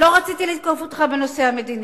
לא רציתי לתקוף אותך בנושא המדיני,